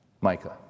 Micah